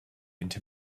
into